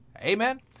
Amen